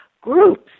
groups